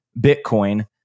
Bitcoin